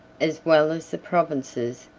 as well as the provinces,